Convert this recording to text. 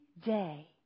day